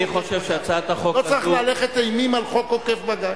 לא צריך להלך אימים על חוק עוקף בג"ץ.